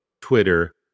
Twitter